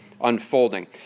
unfolding